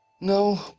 no